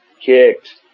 kicked